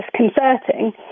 disconcerting